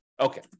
okay